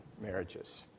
marriages